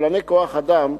וקבלני כוח-אדם,